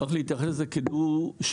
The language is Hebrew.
צריך להתייחס אליו כדו-שימוש.